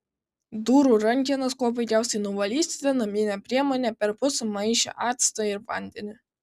durų rankenas kuo puikiausiai nuvalysite namine priemone perpus sumaišę actą ir vandenį